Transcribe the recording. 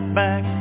back